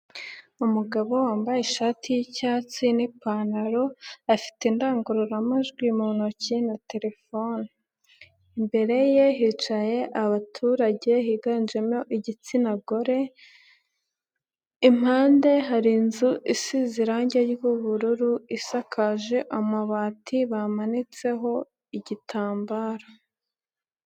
Umugabo wambaye ishati y'icyatsi n'ipantaro afite indangururamajwi mu ntoki na telefoni imbere ye hicaye abaturage higanjemo igitsina gore, impande hari inzu isize irangi ry'ubururu isakaje amabati bamanitseho igitambaro.